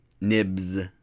Nibs